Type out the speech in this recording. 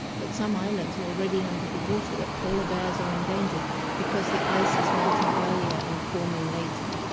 that some islands are already under the water, that polar bears are endangered because the ice is melting earlier and forming later,